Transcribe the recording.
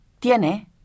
tiene